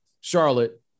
Charlotte